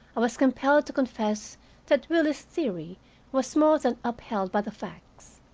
i was compelled to confess that willie's theory was more than upheld by the facts.